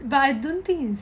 but I don't think